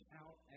out